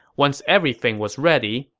once everything was ready,